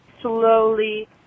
slowly